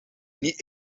niet